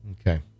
okay